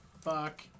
fuck